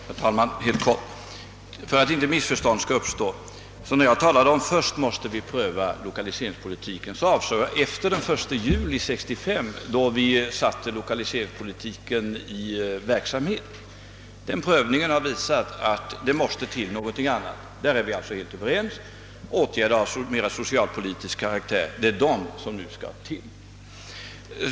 Herr talman! Jag skall helt kort säga några ord för att det inte skall uppstå några missförstånd. När jag sade att vi först måste pröva lokaliseringspolitiken, avsåg jag den lokaliseringspolitik vi bedrivit efter den 1 juli 1965 då vi började med denna verksamhet. Den prövningen har visat att det måste till någonting annat. På den punkten är vi alltså helt överens; det är åtgärder av mer socialpolitisk karaktär som nu måste till.